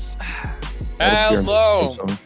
Hello